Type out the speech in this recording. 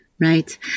right